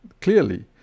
clearly